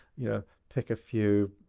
yeah pick a few,